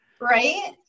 right